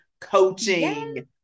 coaching